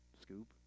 scoop